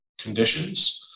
conditions